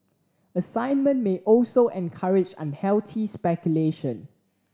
assignment may also encourage unhealthy speculation